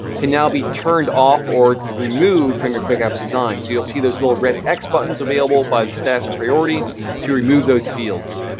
can now be turned off or remove from your quick apps design. so you'll see those little red x buttons available by the status and priority to remove those fields.